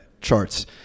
charts